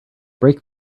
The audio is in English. break